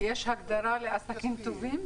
הגדרה לעסקים טובים?